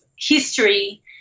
history